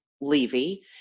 Levy